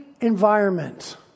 environment